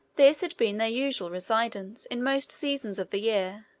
this had been their usual residence in most seasons of the year,